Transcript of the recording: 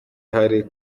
hari